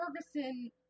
Ferguson